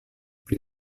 pri